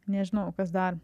nežinau kas dar